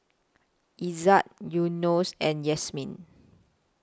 Izzat Yunos and Yasmin